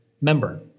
member